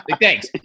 thanks